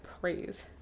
praise